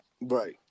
Right